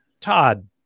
Todd